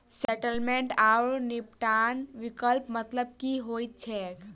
Settlement आओर निपटान विकल्पक मतलब की होइत छैक?